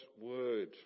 word